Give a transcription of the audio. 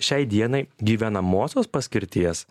šiai dienai gyvenamosios paskirties